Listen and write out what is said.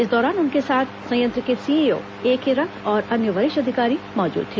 इस दौरान उनके साथ संयंत्र के सीईओ एके रथ और अन्य वरिष्ठ अधिकारी मौजूद थे